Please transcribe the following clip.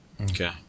Okay